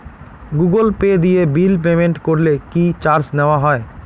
Google Pay দিয়ে bill payment করলে কি চার্জ নেওয়া হয়?